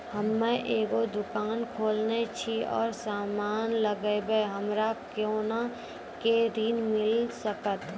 हम्मे एगो दुकान खोलने छी और समान लगैबै हमरा कोना के ऋण मिल सकत?